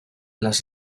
las